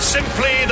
Simply